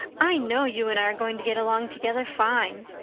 i know you and i are going to get along together fine.